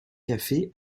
cafés